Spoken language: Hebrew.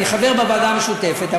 אני חבר בוועדה המשותפת,